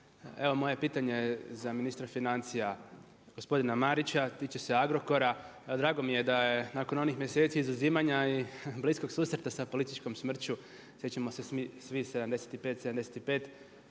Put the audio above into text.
Evo moje pitanje za ministra financija gospodina Marića, tiče se Agrokora. Drago mi je da je nakon onih mjeseci izuzimanja i bliskog susreta sa političkom smrću, sjećamo se svi 75, 75,